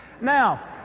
Now